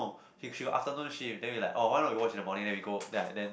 no she she got afternoon shift then we like oh why not we watch in the morning then we go then I then